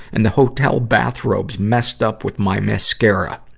and the hotel bathrobes messed up with my mascara.